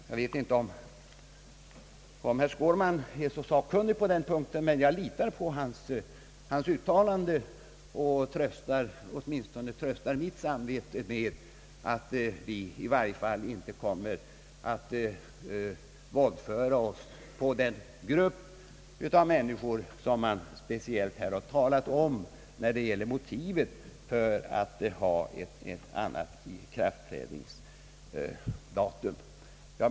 Jag vet inte om herr Skårman är så sakkunnig på den punkten, men jag litar på hans uttalande och tröstar mitt samvete med att vi i varje fall inte kommer att våldföra oss på den grupp av människor som här speciellt har berörts när det gäller motivet för att ta ett annat datum för ikraftträdandet.